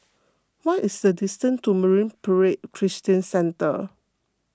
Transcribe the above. what is the distance to Marine Parade Christian Centre